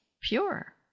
pure